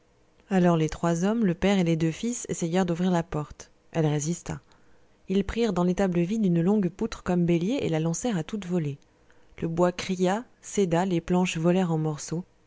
alors les trois hommes le père et les deux fils essayèrent d'ouvrir la porte elle résista ils prirent dans l'étable vide une longue poutre comme bélier et la lancèrent à toute volée le bois cria céda les planches volèrent en morceaux